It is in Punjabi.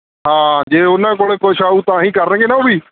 ਹਾਂ ਜੇ ਉਹਨਾਂ ਕੋਲ ਕੁਛ ਆਊ ਤਾਂ ਹੀ ਕਰਨਗੇ ਨਾ ਉਹ ਵੀ